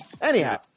Anyhow